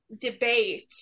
debate